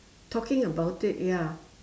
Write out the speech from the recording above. talking about it ya